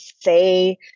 say